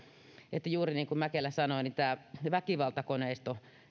juuri niin kuin mäkelä sanoi että tämä väkivaltakoneisto